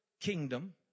kingdom